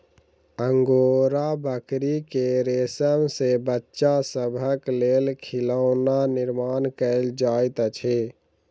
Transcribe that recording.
angora बकरी के रेशम सॅ बच्चा सभक लेल खिलौना निर्माण कयल जाइत अछि